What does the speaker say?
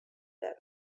that